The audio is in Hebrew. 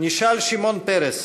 נשאל שמעון פרס: